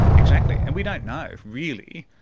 exactly. and we don't know, really,